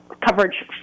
coverage